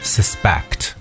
Suspect